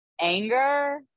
anger